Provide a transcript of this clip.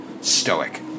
stoic